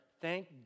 thank